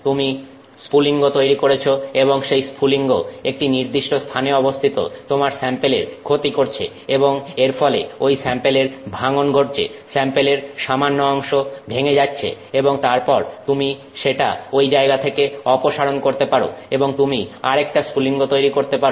তুমি স্ফুলিঙ্গ তৈরি করছ এবং সেই স্ফুলিঙ্গ একটি নির্দিষ্ট স্থানে অবস্থিত তোমার স্যাম্পেলের ক্ষতি করছে এবং এর ফলে ঐ স্যাম্পেলে ভাঙ্গন ঘটছে স্যাম্পেলের সামান্য অংশ ভেঙে যাচ্ছে এবং তারপর সেটা তুমি ঐ জায়গা থেকে অপসারণ করতে পারো এবং তুমি আরেকটা স্ফুলিঙ্গ তৈরি করতে পারো